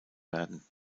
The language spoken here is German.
werden